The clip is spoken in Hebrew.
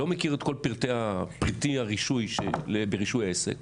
לא מכיר את כל פרטי הרישוי ברישוי העסק,